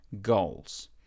goals